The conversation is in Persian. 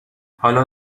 حالا